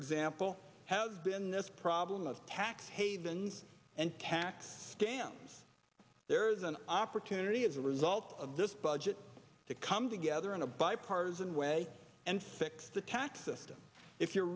example have been this problem of tax havens and cat scans there's an opportunity as a result of this budget to come together in a bipartisan way and fix the tax system if you're